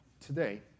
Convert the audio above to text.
today